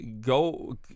go